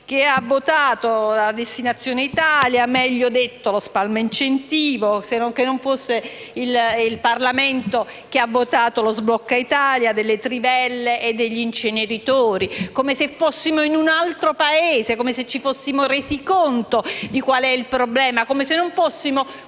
provvedimento "destinazione Italia", meglio detto lo "spalma incentivo"; come se non fosse il Parlamento che ha votato lo "sblocca Italia" delle trivelle e degli inceneritori; come se fossimo in un altro Paese e ci fossimo resi conto di quale sia il problema; come se non fossimo